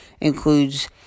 includes